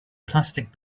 plastic